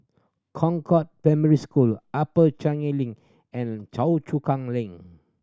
Concord Primary School Upper Changi Link and Choa Chu Kang Link